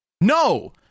no